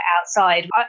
outside